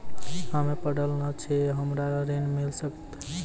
हम्मे पढ़ल न छी हमरा ऋण मिल सकत?